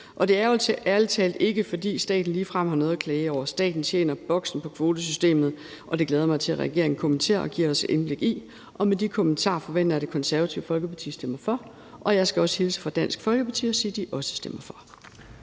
ærlig talt ikke, fordi staten ligefrem har noget at klage over. Staten tjener boksen på kvotesystemet, og det glæder jeg mig til at regeringen kommenterer og giver os et indblik i. Med de kommentarer forventer jeg at Det Konservative Folkeparti stemmer for, og jeg skal også hilse fra Dansk Folkeparti og sige, at de også stemmer for.